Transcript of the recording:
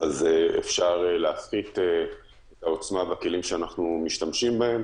אפשר להפחית את העוצמה בכלים שאנחנו משתמשים בהם.